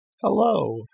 Hello